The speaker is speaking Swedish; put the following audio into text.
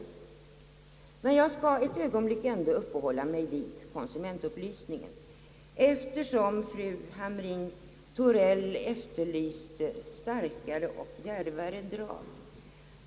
Jag skall emellertid ett ögonblick uppehålla mig vid konsumentupplysningen, eftersom fru Hamrin-Thorell efterlyste starkare och djärvare tag.